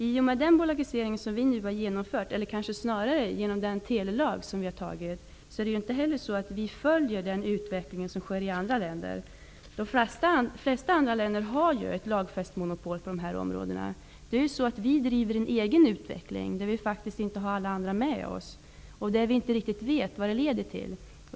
I och med den bolagisering som vi nu genomfört, eller snarare genom den telelag som vi fattat beslut om, är det inte heller så, att vi följer den utveckling som sker i andra länder. De flesta andra länder har ju ett lagfäst monopol på de här områdena. I Sverige driver vi ju en egen utveckling, och vi har faktiskt inte alla andra länder med oss. Vi vet inte heller riktigt vad utvecklingen leder till.